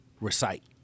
Recite